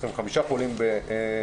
25 חולים ביום